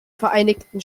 vereinigten